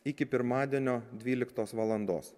iki pirmadienio dvyliktos valandos